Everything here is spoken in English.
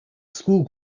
school